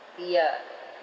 ya